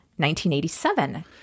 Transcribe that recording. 1987